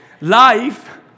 Life